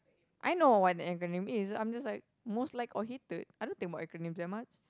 I know what an acronym is I'm just most like or hated I don't think about acronyms that much